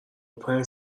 پنج